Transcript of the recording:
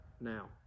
now